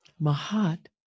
Mahat